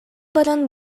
баран